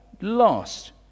lost